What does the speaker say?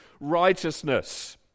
righteousness